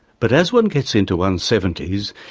but as one gets into one's seventy s,